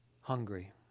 hungry